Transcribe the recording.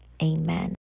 amen